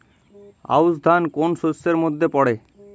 আউশ ধান কোন শস্যের মধ্যে পড়ে?